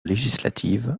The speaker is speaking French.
législatif